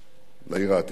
לעיר העתיקה,